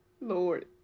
Lord